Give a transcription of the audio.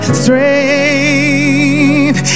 strength